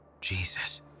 Jesus